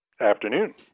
Afternoon